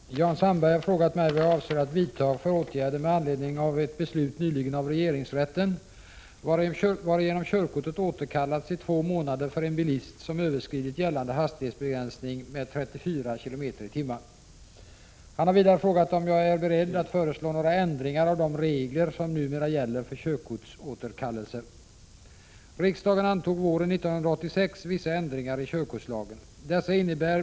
Herr talman! Jan Sandberg har frågat mig vad jag avser att vidta för åtgärder med anledning av ett beslut nyligen av regeringsrätten, varigenom körkortet återkallats i två månader för en bilist som överskridit gällande hastighetsbegränsning med 34 km/tim. Han har vidare frågat om jag är beredd att föreslå några ändringar av de regler som numera gäller för körkortsåterkallelser.